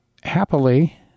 happily